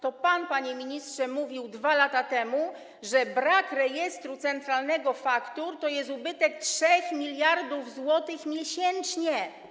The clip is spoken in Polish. To pan, panie ministrze, mówił 2 lata temu, że brak Rejestru Centralnego Faktur oznacza ubytek 3 mld zł miesięcznie.